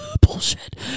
Bullshit